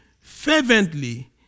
fervently